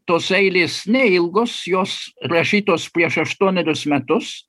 tos eilės neilgos jos rašytos prieš aštuonerius metus